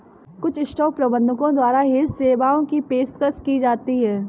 कुछ स्टॉक प्रबंधकों द्वारा हेज सेवाओं की पेशकश की जाती हैं